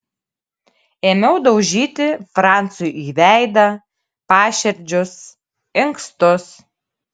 ėmiau daužyti francui į veidą paširdžius inkstus